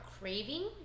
craving